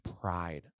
pride